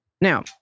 Now